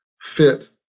fit